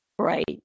Right